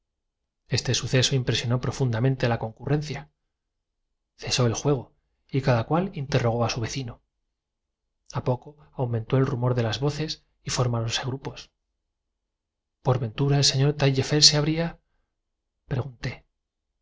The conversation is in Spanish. este suceso impresionó profundamente a la concurrencia interrumpióse y salió presa de horribles sufrimientos a juzgar cesó el juego y cada cual interrogó a su vecino a poco aumentó el por su rostro rumor de las voces y formáronse grupos el dueño de la casa acompañó al asentista pareciendo interesarse por ventura el señor taillefer se habría